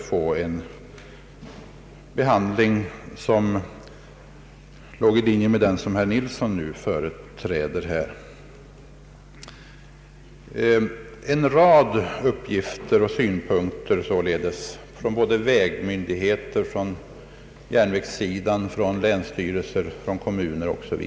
Därvid har också förslag lagts fram om att denna fråga skulle lösas i enlighet med den linje som herr Nilsson företräder.